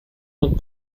not